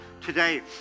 today